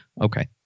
Okay